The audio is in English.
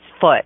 foot